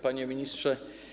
Panie Ministrze!